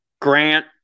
Grant